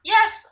Yes